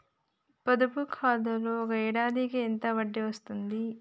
పొదుపు ఖాతాలో ఒక ఏడాదికి ఎంత వడ్డీ వస్తది?